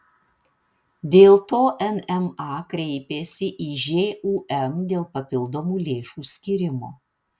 dėl to nma kreipėsi į žūm dėl papildomų lėšų skyrimo